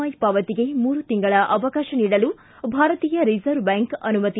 I ಪಾವತಿಗೆ ಮೂರು ತಿಂಗಳ ಅವಕಾಶ ನೀಡಲು ಭಾರತೀಯ ರಿಸರ್ವ ಬ್ಯಾಂಕ್ ಅನುಮತಿ